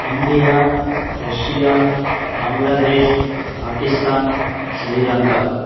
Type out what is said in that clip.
India Russia Bangladesh Pakistan Sri Lanka